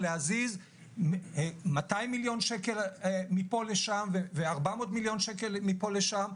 להזיז 200 מיליון שקל מפה לשם ו-400 מיליון שקל מפה לשם,